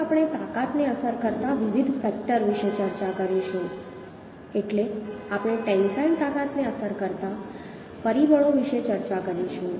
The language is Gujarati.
હવે આપણે તાકાતને અસર કરતા વિવિધ ફેક્ટર વિશે ચર્ચા કરીશું એટલે આપણે ટેન્સાઈલ તાકાતને અસર કરતા પરિબળો વિશે ચર્ચા કરીશું